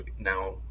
now